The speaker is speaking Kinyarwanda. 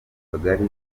kagari